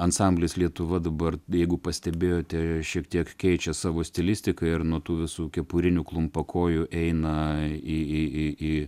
ansamblis lietuva dabar jeigu pastebėjote šiek tiek keičia savo stilistiką ir nuo tų visų kepurinių klumpakojų eina į į į į